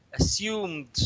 assumed